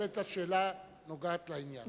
בהחלט השאלה נוגעת לעניין.